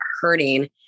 hurting